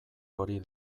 hori